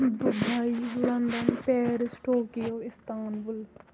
Dubai London Paris Tokyo Istanbul